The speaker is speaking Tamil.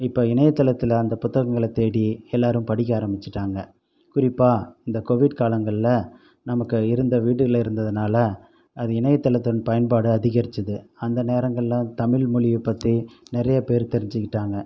இப்போ இணையத்தளத்தில் அந்த புத்தகங்களை தேடி எல்லாேரும் படிக்க ஆரம்பிச்சுட்டாங்க குறிப்பாக இந்த கோவிட் காலங்களில் நமக்கு இருந்த வீட்டில் இருந்ததுனால் அது இணையத்தளத்தின் பயன்பாடு அதிகரிச்சுது அந்த நேரங்களை தமிழ்மொழியை பற்றி நிறையா பேர் தெரிஞ்சுக்கிட்டாங்க